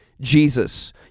Jesus